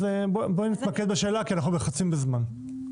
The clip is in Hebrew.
בואי נתמקד בשאלה כי אנחנו לחוצים בזמן.